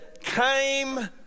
came